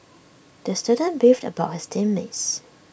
the student beefed about his team mates